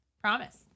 promise